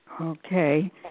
Okay